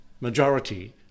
majority